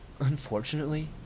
Unfortunately